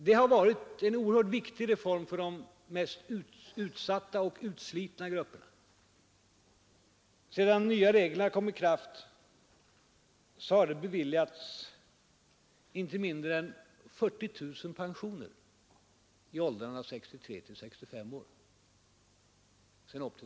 Det har varit en oerhört viktig reform för de mest utsatta och utslitna grupperna. Sedan de nya reglerna trädde i kraft har det beviljats inte mindre än 40 000 pensioner i åldrarna 63—67 år.